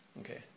Okay